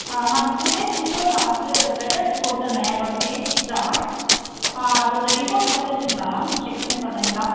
ஆ ma'am two days before நான் வந்து blood test கொடுத்துருந்தேன் என்னோட பேர் சித்ரா ஆ அதோட ரிப்போர்ட் வந்துருச்சுங்ளா மேம் செக் பண்ணி சொல்றிங்ளா